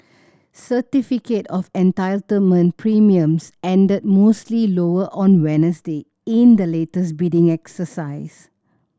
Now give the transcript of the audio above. certificate of Entitlement premiums ended mostly lower on Wednesday in the latest bidding exercise